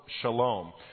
shalom